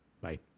Bye